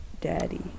daddy